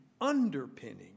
underpinning